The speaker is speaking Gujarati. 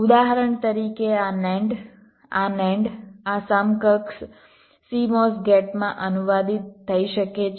ઉદાહરણ તરીકે આ NAND આ NAND આ સમકક્ષ CMOS ગેટમાં અનુવાદિત થઈ શકે છે